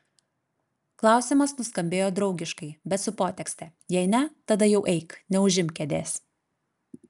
klausimas nuskambėjo draugiškai bet su potekste jei ne tada jau eik neužimk kėdės